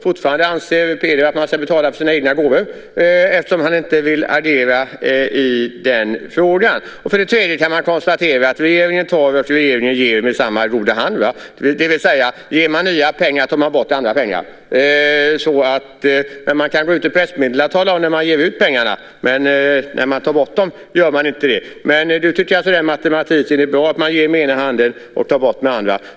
Fortfarande anser Peter att man ska betala för sina egna gåvor eftersom han inte vill agera i den frågan. För det tredje kan man konstatera att regeringen tar och regeringen ger med samma goda hand. Ger man nya pengar tar man bort andra pengar. Man kan gå ut med pressmeddelande och tala om när man ger ut pengarna. Men när man tar bort dem gör man inte det. Du tycker att den matematiken är bra när man ger med den ena handen och tar bort med den andra.